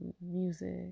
music